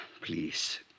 Please